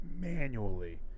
manually